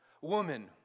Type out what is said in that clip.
woman